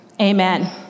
amen